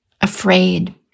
afraid